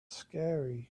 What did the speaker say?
scary